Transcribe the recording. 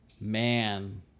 Man